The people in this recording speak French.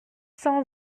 sans